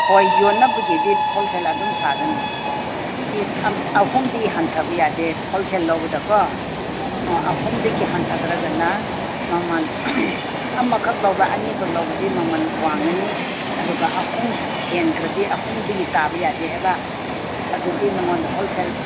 ꯍꯣꯏ ꯌꯣꯟꯅꯕꯒꯤꯗꯤ ꯍꯣꯜꯁꯦꯜ ꯑꯗꯨꯝ ꯁꯥꯒꯅꯤ ꯄꯤꯁ ꯑꯍꯨꯝꯗꯤ ꯍꯟꯊꯕ ꯌꯥꯗꯦ ꯍꯣꯜꯁꯦꯜ ꯂꯧꯕꯗꯀꯣ ꯑꯥ ꯑꯍꯨꯝꯗꯒꯤ ꯍꯟꯊꯗꯒ꯭ꯔꯅ ꯃꯃꯟ ꯑꯃꯈꯛ ꯂꯧꯕ ꯑꯅꯤ ꯈꯛ ꯂꯧꯕꯗꯤ ꯃꯃꯟ ꯋꯥꯡꯒꯅꯤ ꯑꯗꯨꯒ ꯑꯍꯨꯝ ꯍꯦꯟꯈ꯭ꯔꯗꯤ ꯑꯍꯨꯝꯗꯒꯤ ꯇꯥꯕ ꯌꯥꯗꯦ ꯍꯥꯏꯕ ꯑꯗꯨꯗꯤ ꯅꯉꯣꯟꯗ ꯍꯣꯜꯁꯦꯜ